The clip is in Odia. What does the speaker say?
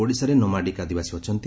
ଓଡ଼ିଶାରେ ନୋବାଡିକ୍ ଆଦିବାସୀ ଅଛନ୍ତି